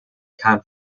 can’t